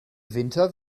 winter